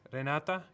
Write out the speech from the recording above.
Renata